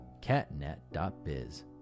Catnet.biz